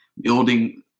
building